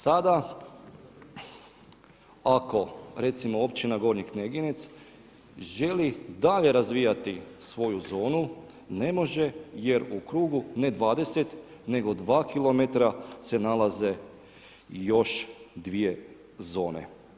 Sada ako recimo općina Gornji Kneginec želi dalje razvijati svoju zonu, ne može jer u krugu ne 20, nego 2 kilometra se nalaze još 2 zone.